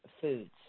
foods